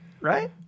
Right